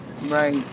Right